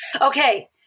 Okay